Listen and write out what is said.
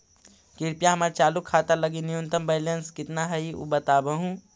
कृपया हमर चालू खाता लगी न्यूनतम बैलेंस कितना हई ऊ बतावहुं